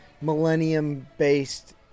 Millennium-based